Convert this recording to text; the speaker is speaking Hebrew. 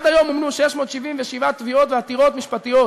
עד היום מומנו 677 תביעות ועתירות משפטיות